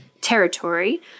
territory